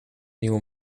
nieuwe